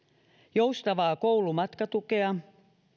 joustavaa koulumatkatukea